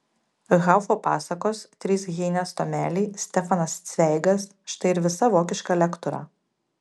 haufo pasakos trys heinės tomeliai stefanas cveigas štai ir visa vokiška lektūra